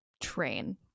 train